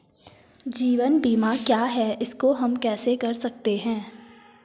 जीवन बीमा क्या है इसको हम कैसे कर सकते हैं?